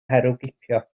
herwgipio